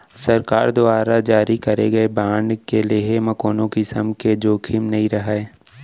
सरकार दुवारा जारी करे गए बांड के लेहे म कोनों किसम के जोखिम नइ रहय